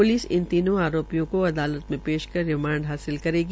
police इन तीनों आरोपियों को आदालत में पेश कर रिमांड हासिल करेगी